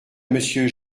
monsieur